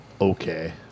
okay